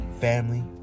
family